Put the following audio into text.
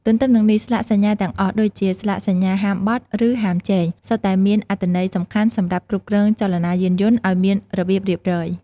ទន្ទឹមនឹងនេះ ស្លាកសញ្ញាទាំងអស់ដូចជាស្លាកសញ្ញាហាមបត់ ឬហាមជែង សុទ្ធតែមានអត្ថន័យសំខាន់សម្រាប់គ្រប់គ្រងចលនាយានយន្តឱ្យមានរបៀបរៀបរយ។